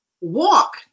walk